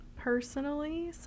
personally